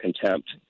contempt